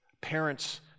parent's